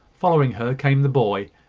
following her came the boy,